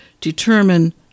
determine